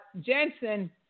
Jensen